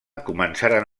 començaren